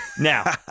Now